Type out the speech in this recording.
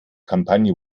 kampagne